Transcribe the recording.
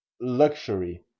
luxury